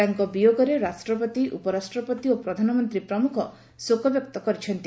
ତାଙ୍କ ବିୟୋଗରେ ରାଷ୍ଟ୍ରପତି ଉପରାଷ୍ଟ୍ରପତି ଓ ପ୍ରଧାନମନ୍ତ୍ରୀ ପ୍ରମୁଖ ଶୋକବ୍ୟକ୍ତ କରିଛନ୍ତି